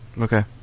Okay